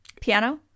Piano